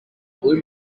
blue